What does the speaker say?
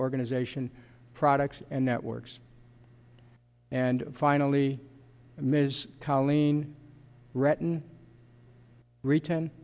organization products and networks and finally ms colleen ratan return